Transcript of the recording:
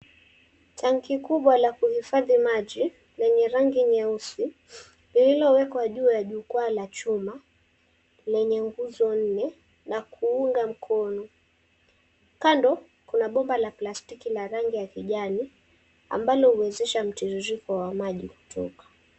Tanki kubwa la kuhifadhi maji lenye rangi nyeusi, lililowekwa juu ya jukwaa la chuma lenye nguzo nne na kuunga mkono. Kando kuna bomba la plastiki la rangi ya kijani ambalo huwezesha mtiririko wa maji kutoka.